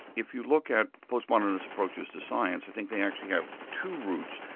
if you look at post modernist approaches to science i think they actually have two roots.